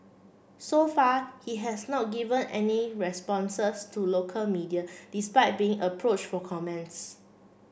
so far he has not given any responses to local media despite being approach for comments